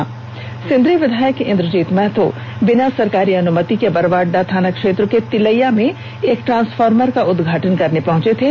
आपको बता दें कि सिंदरी विधायक इंद्रजीत महतो बिना सरकारी अनुमति के बरवाअड्डा थाना क्षेत्र के तिलैया में एक ट्रांसफॉर्मर का उद्घाटन करने पहुंचे थे